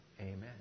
Amen